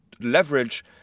leverage